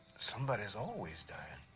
somebody's always dying.